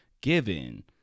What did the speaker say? given